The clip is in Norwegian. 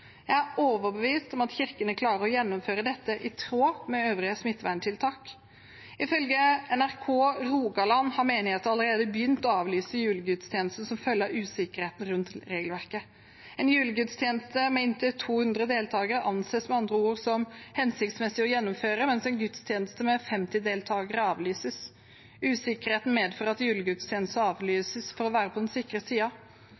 Jeg er overbevist om at kirkene klarer å gjennomføre dette i tråd med øvrige smitteverntiltak. Ifølge NRK Rogaland har menigheter allerede begynt å avlyse julegudstjenesten som følge av usikkerheten rundt regelverket. En julegudstjeneste med inntil 200 deltakere anses med andre ord som hensiktsmessig å gjennomføre, mens en gudstjeneste med 50 deltakere avlyses. Usikkerheten medfører at